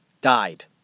died